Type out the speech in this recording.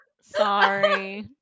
Sorry